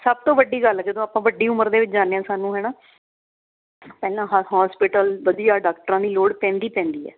ਸਭ ਤੋਂ ਵੱਡੀ ਗੱਲ ਜਦੋਂ ਆਪਾਂ ਵੱਡੀ ਉਮਰ ਦੇ ਵਿੱਚ ਜਾਂਦੇ ਹਾਂ ਸਾਨੂੰ ਹੈ ਨਾ ਪਹਿਲਾਂ ਹ ਹੋਸਪਿਟਲ ਵਧੀਆ ਡਾਕਟਰਾਂ ਦੀ ਲੋੜ ਪੈਂਦੀ ਪੈਂਦੀ ਹੈ